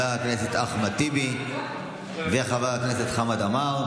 הכנסת אחמד טיבי וחבר הכנסת חמד עמאר.